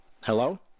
Hello